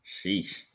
Sheesh